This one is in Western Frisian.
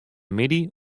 middei